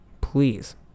please